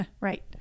Right